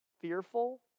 fearful